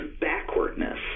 backwardness